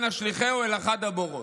ונשלכהו באחד הברות".